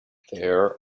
there